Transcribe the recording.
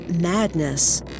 madness